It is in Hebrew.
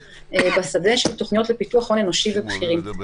בשדה של תכניות לפיתוח הון אנושי לבכירים.